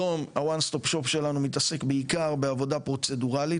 היום הוון סטופ שופ שלנו מתעסק בעיקר בעבודה פרוצדורלית